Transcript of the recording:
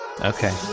Okay